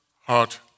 heart